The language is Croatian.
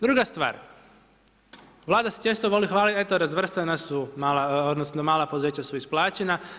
Druga stvar, Vlada se svjesno voli hvaliti, eto razvrstana su, odnosno mala poduzeća su isplaćena.